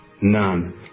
none